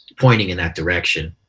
pointing in that direction,